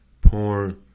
porn